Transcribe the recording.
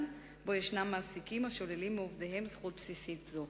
שבו יש מעסיקים השוללים מעובדיהם זכות בסיסית זו.